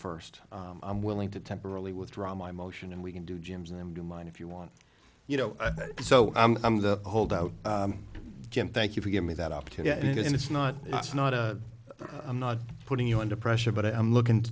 first i'm willing to temporarily withdraw my motion and we can do jim's them do mine if you want you know so i'm the holdout jim thank you for give me that opportunity and it's not it's not a i'm not putting you under pressure but i'm looking